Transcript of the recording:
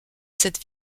cette